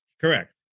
correct